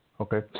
okay